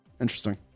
Interesting